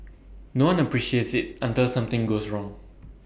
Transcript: no one appreciates IT until something goes wrong